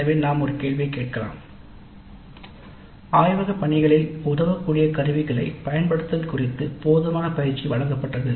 எனவே நாம் ஒரு கேள்வியைக் கேட்கலாம் "ஆய்வகப் பணிகளில் உதவக்கூடிய கருவிகளைப் பயன்படுத்துதல் குறித்து போதுமான பயிற்சி வழங்கப்பட்டது